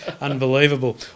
Unbelievable